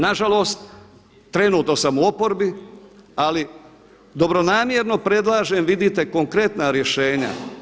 Na žalost, trenutno sam u oporbi, ali dobronamjerno predlažem, vidite konkretna rješenja.